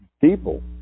people